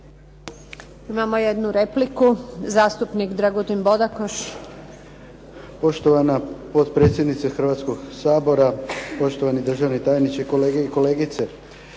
Imamo jednu repliku. Zastupnik Dragutin Bodakoš.